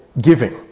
giving